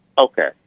Okay